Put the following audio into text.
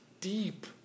deep